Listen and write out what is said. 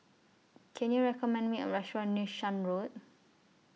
Can YOU recommend Me A Restaurant near Shan Road